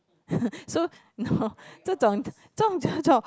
so no 这种